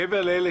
מעבר למקרים